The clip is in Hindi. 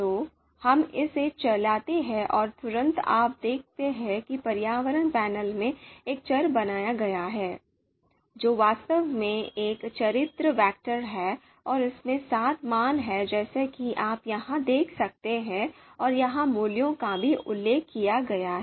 तो हम इसे चलाते हैं और तुरंत आप देखते हैं कि पर्यावरण पैनल में एक चर बनाया गया है जो वास्तव में एक चरित्र वेक्टर है और इसमें सात मान हैं जैसा कि आप यहां देख सकते हैं और यहां मूल्यों का भी उल्लेख किया गया है